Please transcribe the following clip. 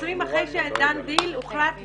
מפרסמים אחרי שהוחלט וזהו?